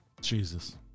Jesus